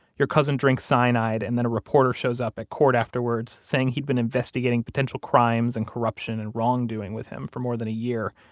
your cousin drinks cyanide and then a reporter shows up at court afterwards saying he'd been investigating potential crimes and corruption and wrongdoing with him for more than a year.